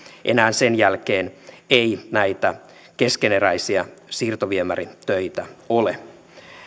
enää sen jälkeen ei näitä keskeneräisiä siirtoviemäritöitä ole